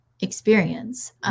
experience